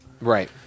Right